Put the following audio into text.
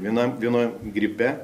vienam vienoj gripe